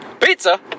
Pizza